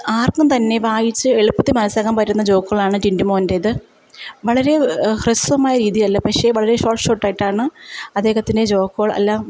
ആർക്കും തന്നെ വായിച്ച് എളുപ്പത്തിൽ മനസ്സിലാക്കാൻ പറ്റുന്ന ജോക്കുകളാണ് ടിൻറ്റു മോൻറ്റേത് വളരെ ഹ്രസ്വമായ രീതിയല്ല പക്ഷേ വളരെ ഷോർട്ട് ഷോർട്ടായിട്ടാണ് അദ്ദേഹത്തിൻ്റെ ജോക്കുകളെല്ലാം